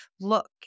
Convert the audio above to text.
look